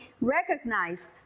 recognized